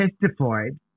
testified